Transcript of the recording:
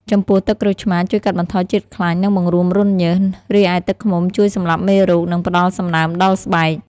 ចំពោះ ទឹកក្រូចឆ្មារជួយកាត់បន្ថយជាតិខ្លាញ់ និងបង្រួមរន្ធញើស រីឯទឹកឃ្មុំជួយសម្លាប់មេរោគ និងផ្ដល់សំណើមដល់ស្បែក។